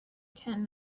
can